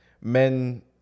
men